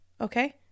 okay